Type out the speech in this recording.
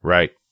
Right